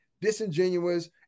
disingenuous